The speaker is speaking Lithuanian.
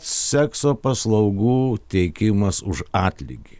sekso paslaugų teikimas už atlygį